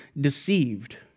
deceived